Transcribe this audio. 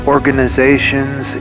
Organizations